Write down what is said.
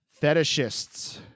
Fetishists